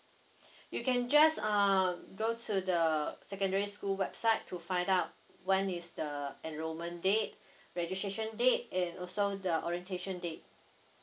you can just err go to the secondary school website to find out when is the enrollment date registration date and also the orientation date